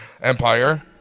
empire